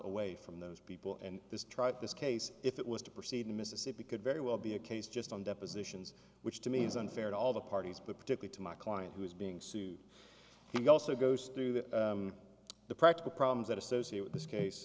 away from those people and this tribe this case if it was to proceed in mississippi could very well be a case just on depositions which to me is unfair to all the parties but particular to my client who is being sued he also goes through the practical problems that associate with this case